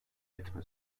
etme